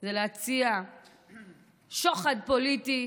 זה להציע שוחד פוליטי